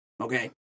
okay